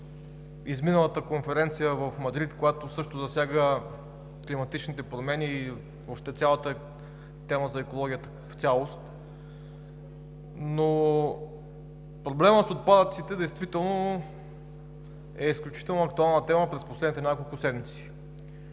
изминалата Конференция в Мадрид, която също засяга климатичните промени и въобще темата за екологията като цялост, но проблемът с отпадъците действително е изключително актуална тема през последните няколко седмици.